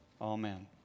Amen